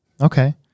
Okay